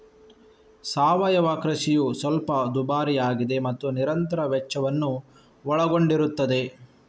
ಸಾವಯವ ಕೃಷಿಯು ಸ್ವಲ್ಪ ದುಬಾರಿಯಾಗಿದೆ ಮತ್ತು ನಿರಂತರ ವೆಚ್ಚವನ್ನು ಒಳಗೊಂಡಿರುತ್ತದೆ